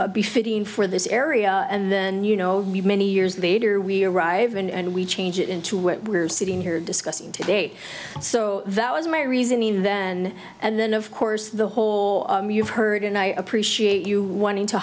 fitting for this area and then you know many years later we arrive and we change it into what we're sitting here discussing today so that was my reasoning then and then of course the whole you've heard and i appreciate you wanting to